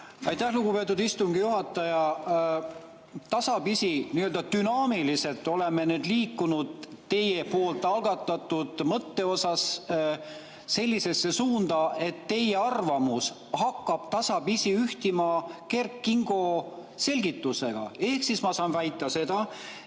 Aitäh, lugupeetud istungi juhataja! Tasapisi, nii‑öelda dünaamiliselt oleme nüüd liikunud teie algatatud mõttega sellisesse suunda, et teie arvamus hakkab tasapisi ühtima Kert Kingo selgitusega. Ehk siis ma saan väita seda,